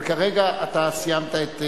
אבל כרגע אתה סיימת.